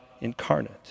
incarnate